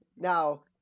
Now